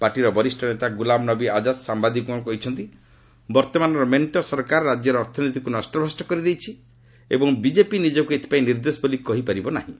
ପାର୍ଟିର ବରିଷ୍ଠ ନେତା ଗୁଲାମ ନବୀ ଆଜାଦ୍ ସାମ୍ବାଦିକମାନଙ୍କୁ କହିଛନ୍ତି ବର୍ତ୍ତମାନର ମେଣ୍ଟ ସରକାର ରାଜ୍ୟର ଅର୍ଥନୀତିକୁ ନଷ୍ଟଭ୍ରଷ୍ଟ କରି ଦେଇଛି ଏବଂ ବିଜେପି ନିଜକୁ ଏଥିପାଇଁ ନିର୍ଦ୍ଦୋଶ ବୋଲି କହିପାରିବ ନାହିଁ